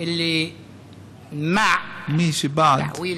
מי שבעד